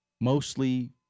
Mostly